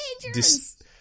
dangerous